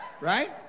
Right